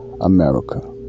America